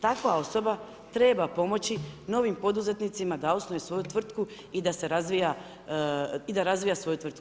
Takva osoba treba pomoći novim poduzetnicima da osnuju svoju tvrtku i da razvija svoju tvrtku.